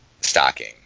stocking